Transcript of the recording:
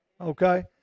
Okay